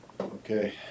Okay